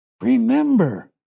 Remember